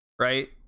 Right